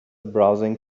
browsing